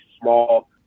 small